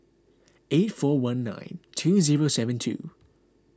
eight four one night two zero seven two